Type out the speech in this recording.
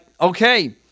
Okay